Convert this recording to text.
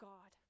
God